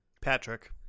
Patrick